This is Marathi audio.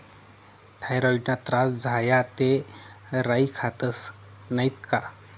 थॉयरॉईडना त्रास झाया ते राई खातस नैत का